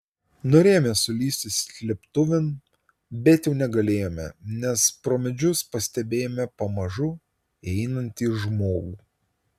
norėjome sulįsti slėptuvėn bet jau negalėjome nes pro medžius pastebėjome pamažu einantį žmogų